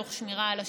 תוך שמירה על השגרה.